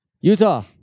Utah